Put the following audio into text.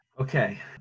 Okay